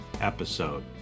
episode